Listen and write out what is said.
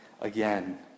again